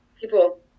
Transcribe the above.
people